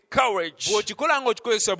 courage